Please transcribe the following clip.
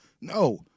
no